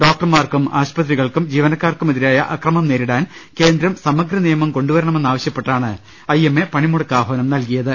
ഡോക്ടർമാർക്കും ആശുപത്രി കൾക്കും ജീവനക്കാർക്കുമെതിരായ അക്രമം നേരിടാൻ കേന്ദ്രം സമഗ്രനിയമം കൊണ്ടുവരണമെന്നാവശൃപ്പെട്ടാണ് ഐ എം എ പണിമുടക്ക് ആഹ്വാനം നൽകിയത്